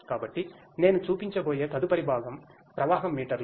కాబట్టి నేను చూపించబోయే తదుపరి భాగం ప్రవాహం మీటర్లు